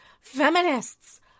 feminists